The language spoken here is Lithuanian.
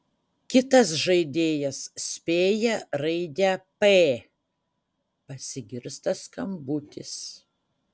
kitas žaidėjas spėja raidę p pasigirsta skambutis